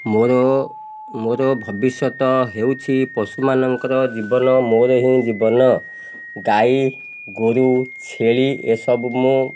ମୋର ମୋର ଭବିଷ୍ୟତ ହେଉଛି ପଶୁମାନଙ୍କର ଜୀବନ ମୋର ହିଁ ଜୀବନ ଗାଈଗୋରୁ ଛେଳି ଏସବୁ ମୁଁ